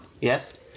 yes